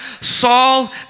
Saul